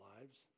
lives